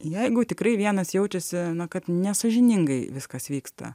jeigu tikrai vienas jaučiasi kad nesąžiningai viskas vyksta